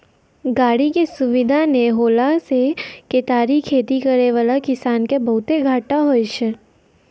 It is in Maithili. गाड़ी के सुविधा नै होला से केतारी खेती करै वाला किसान के बहुते घाटा हुवै छै